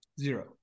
zero